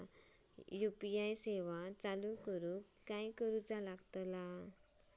UPI सेवा चालू करूक काय करूचा लागता?